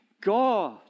God